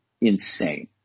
insane